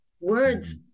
Words